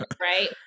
Right